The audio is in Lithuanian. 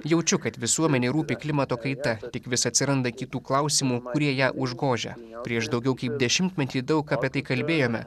jaučiu kad visuomenei rūpi klimato kaita tik vis atsiranda kitų klausimų kurie ją užgožia prieš daugiau kaip dešimtmetį daug apie tai kalbėjome